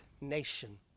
nation